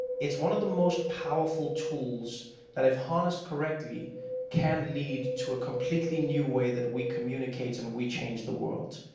it's one of the most powerful tools that if harnessed correctly can lead to a completely new way that we communicate and that we change the world.